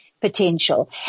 potential